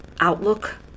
outlook